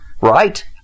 right